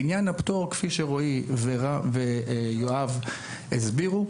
לעניין הפטור - כפי שרועי ויואב הסבירו,